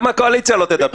גם הקואליציה לא תדבר.